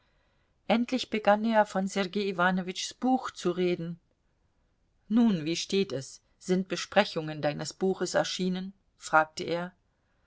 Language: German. endlich begann er von sergei iwanowitschs buch zu reden nun wie steht es sind besprechungen deines buches erschienen fragte er